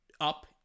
up